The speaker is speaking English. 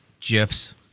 gifs